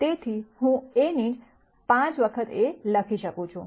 તેથી હું A ને જ 5 વખત A લખી શકું છું